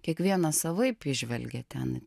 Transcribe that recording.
kiekvienas savaip įžvelgia ten